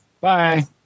Bye